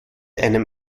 einem